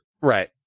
Right